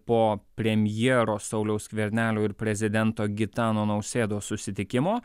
po premjero sauliaus skvernelio ir prezidento gitano nausėdos susitikimo